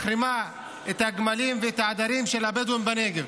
מחרימה את הגמלים ואת העדרים של הבדואים בנגב.